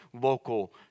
local